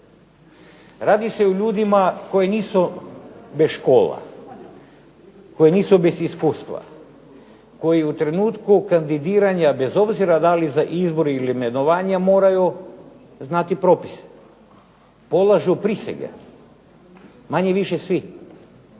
Radi se o ljudima koji nisu bez škola, koji nisu bez iskustva, koji u trenutku kandidiranja bez obzira da li za izbor ili imenovanja moraju znati propise. Polažu prisege, manje-više svi